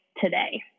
Today